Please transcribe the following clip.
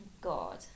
god